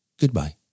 Goodbye